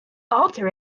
alter